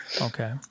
Okay